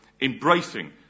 Embracing